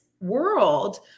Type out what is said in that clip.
world